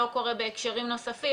לא קורה בהקשרים נוספים.